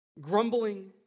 grumbling